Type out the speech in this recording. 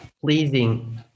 pleasing